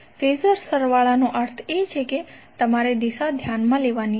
phasor સરવાળાનો અર્થ એ છે કે તમારે દિશા ધ્યાનમાં લેવી પડશે